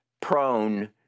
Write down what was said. prone